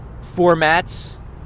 formats